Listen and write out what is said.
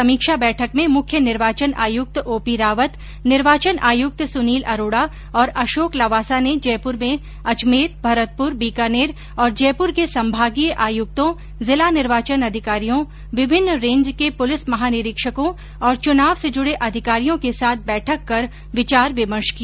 समीक्षा बैठक में मुख्य निर्वाचन आयुक्त ओपी रावत निर्वाचन आयुक्त सुनील अरोड़ा और अशोक लवासा ने जयपुर में अजमेर भरतपुर बीकानेर और जयपुर के संभागीय आयुक्तों जिला निर्वाचन अधिकारियों विभिन्न रेंज के पुलिस महानिरीक्षकों और चुनाव से जुड़े अधिकारियों के साथ बैठक कर विचार विमर्श किया